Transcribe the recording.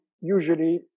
usually